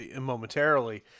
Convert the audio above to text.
momentarily